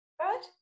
Right